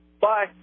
Bye